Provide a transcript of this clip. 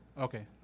Okay